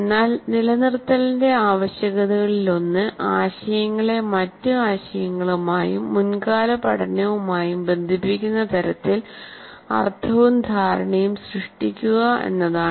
എന്നാൽ നിലനിർത്തലിന്റെ ആവശ്യകതകളിലൊന്ന് ആശയങ്ങളെ മറ്റ് ആശയങ്ങളുമായും മുൻകാല പഠനവുമായും ബന്ധിപ്പിക്കുന്ന തരത്തിൽ അർത്ഥവും ധാരണയും സൃഷ്ടിക്കുക എന്നതാണ്